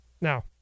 Now